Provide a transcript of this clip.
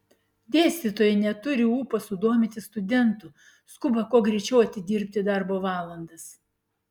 dėstytojai neturi ūpo sudominti studentų skuba kuo greičiau atidirbti darbo valandas